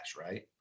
Right